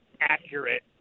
accurate